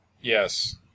Yes